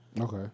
okay